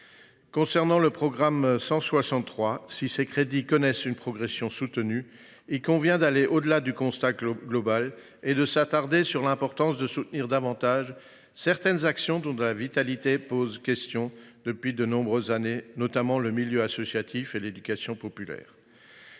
viens au programme 163. Si ses crédits connaissent une progression soutenue, il convient d’aller au delà du constat global et de s’attarder sur l’importance de soutenir davantage certains secteurs qui perdent en vitalité depuis de nombreuses années, notamment le milieu associatif et l’éducation populaire.